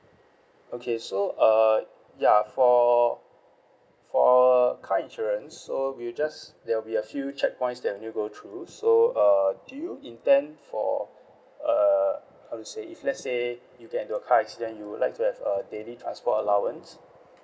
okay so uh ya for for our car insurance so we'll just there will be a few checkpoints that you need to go through so uh do you intend for uh how to say if let's say you get into a car accident you would like to have a daily transport allowance